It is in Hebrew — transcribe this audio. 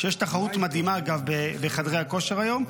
כשיש תחרות מדהימה’ אגב’ בחדרי הכושר היום,